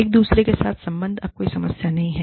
एक दूसरे के साथ संबंध अब कोई समस्या नहीं है